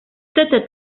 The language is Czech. čtete